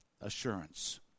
assurance